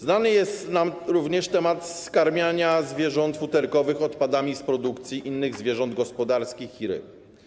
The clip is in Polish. Znany jest nam również temat skarmiania zwierząt futerkowych odpadami z produkcji innych zwierząt gospodarskich i ryb.